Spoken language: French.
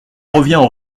revient